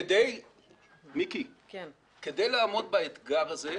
כדי לעמוד באתגר הזה,